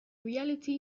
reality